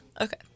Okay